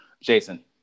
Jason